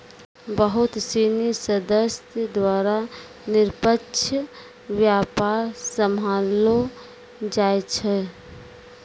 बहुत सिनी सदस्य द्वारा निष्पक्ष व्यापार सम्भाललो जाय छै